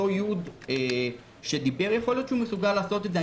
אותו י' שדיבר יכול להיות שמסוגל לעשות את זה.